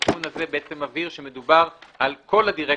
התיקון הזה בעצם מבהיר שמדובר על כל הדירקטורים,